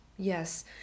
Yes